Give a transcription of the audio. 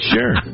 Sure